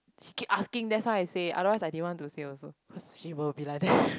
she keep asking that's why I say otherwise I didn't want to say also cause she will be like that